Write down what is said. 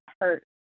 hurt